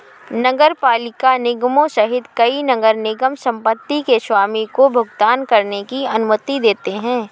नगरपालिका निगमों सहित कई नगर निगम संपत्ति के स्वामी को भुगतान करने की अनुमति देते हैं